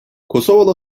kosovalı